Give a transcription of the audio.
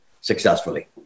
successfully